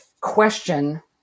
question